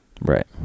Right